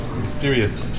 Mysterious